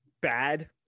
bad